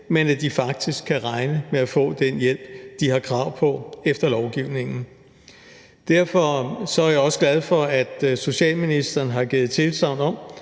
men at de faktisk kan regne med at få den hjælp, de har krav på efter lovgivningen. Derfor er jeg også glad for, at socialministeren har givet tilsagn om